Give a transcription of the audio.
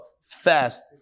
fast